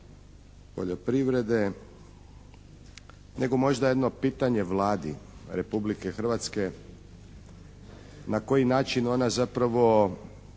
poljoprivrede nego možda jedno pitanje Vladi Republike Hrvatske na koji način ona zapravo